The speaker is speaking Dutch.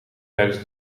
tijdens